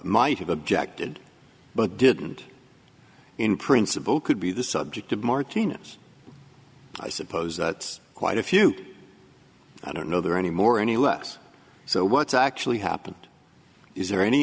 might have objected but didn't in principle could be the subject of martina's i suppose that's quite a few i don't know there are any more any less so what's actually happened is there any